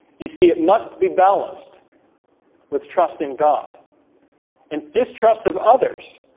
you see it must be balanced with trust in god and distrust of others.